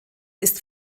ist